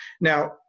Now